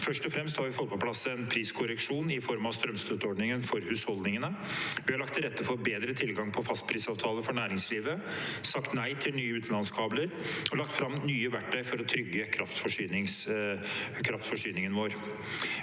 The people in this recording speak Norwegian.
Først og fremst har vi fått på plass en priskorreksjon i form av strømstøtteordningen for husholdningene. Vi har lagt til rette for bedre tilgang på fastprisavtaler for næringslivet, sagt nei til nye utenlandskabler og lagt fram nye verktøy for å trygge kraftforsyningen vår.